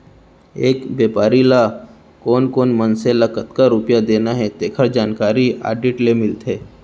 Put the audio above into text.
एक बेपारी ल कोन कोन मनसे ल कतना रूपिया देना हे तेखर जानकारी आडिट ले मिलथे